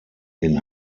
den